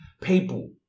people